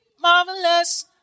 Marvelous